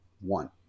one